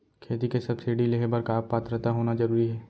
खेती के सब्सिडी लेहे बर का पात्रता होना जरूरी हे?